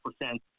percent